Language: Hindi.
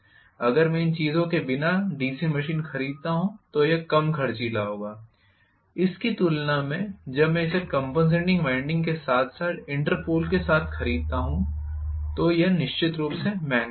अगर मैं इन चीजों के बिना डीसी मशीन खरीदता हूं तो यह कम खर्चीला होगा इसकी तुलना में जब मैं इसे कॅंपनसेटिंग वाइंडिंग के साथ साथ इंटरपोल के साथ खरीदता हूं तो यह निश्चित रूप से महंगा होगा